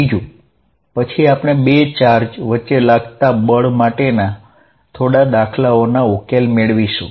ત્રીજુ પછી આપણે બે ચાર્જ વચ્ચે લાગતા બળ માટેના થોડા દાખલાઓનો ઉકેલ મેળવીશું